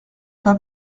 pas